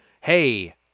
hey